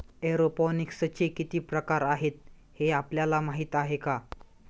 एरोपोनिक्सचे किती प्रकार आहेत, हे आपल्याला माहित आहे का?